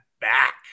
back